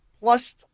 plus